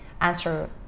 answer